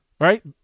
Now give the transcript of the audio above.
Right